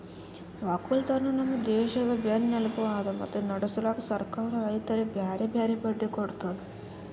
ಒಕ್ಕಲತನ ನಮ್ ದೇಶದ್ ಬೆನ್ನೆಲುಬು ಅದಾ ಮತ್ತೆ ನಡುಸ್ಲುಕ್ ಸರ್ಕಾರ ರೈತರಿಗಿ ಬ್ಯಾರೆ ಬ್ಯಾರೆ ಬಡ್ಡಿ ಕೊಡ್ತುದ್